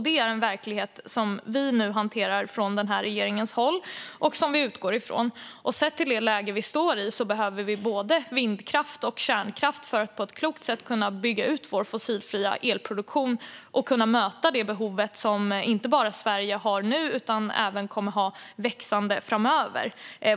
Det är en verklighet som vi nu hanterar från regeringens håll och som vi utgår ifrån. Sett till det läge vi står i behöver vi både vindkraft och kärnkraft för att på ett klokt sätt kunna bygga ut vår fossilfria elproduktion och möta inte bara det behov som Sverige har nu utan även det behov som kommer att vara växande framöver.